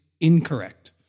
incorrect